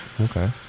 Okay